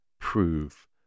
prove